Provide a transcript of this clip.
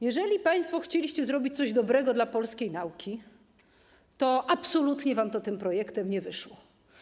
Jeżeli państwo chcieliście zrobić coś dobrego dla polskiej nauki, to absolutnie wam to tym projektem nie wyszło.